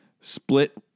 Split